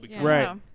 right